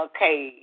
Okay